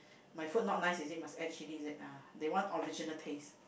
my food not nice is it must add chilli is it ah they want original taste